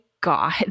God